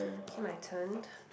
okay my turn